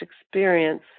experience